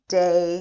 day